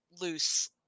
loose